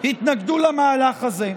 התנגדו למהלך הזה,